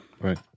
Right